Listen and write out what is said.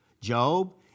Job